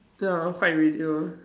ya one white radio